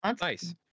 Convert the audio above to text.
nice